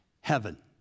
heaven